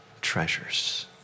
treasures